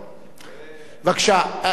תודה רבה,